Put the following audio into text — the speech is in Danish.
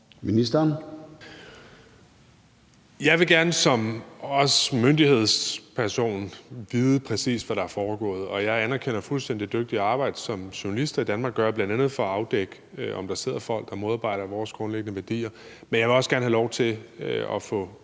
Bek): Jeg vil som myndighedsperson også gerne vide, præcis hvad der er foregået. Jeg anerkender fuldstændig det dygtige arbejde, som journalister i Danmark gør for bl.a.at afdække, om der sidder folk og modarbejder vores grundlæggende værdier. Men jeg vil også gerne have lov til at få